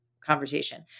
conversation